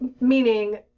meaning